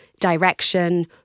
Direction